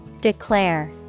Declare